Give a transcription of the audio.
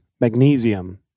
magnesium